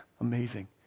Amazing